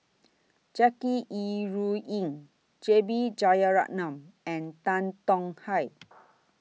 Jackie Yi Ru Ying J B Jeyaretnam and Tan Tong Hye